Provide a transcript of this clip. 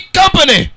company